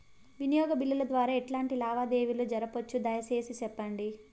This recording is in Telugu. వినియోగ బిల్లుల ద్వారా ఎట్లాంటి లావాదేవీలు జరపొచ్చు, దయసేసి సెప్పండి?